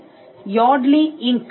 Venkat Rangan Yodlee இங்க்Yodlee Inc